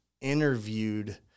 interviewed